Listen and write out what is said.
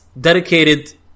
dedicated